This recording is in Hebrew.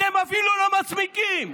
אתם אפילו לא מסמיקים.